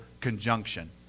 conjunction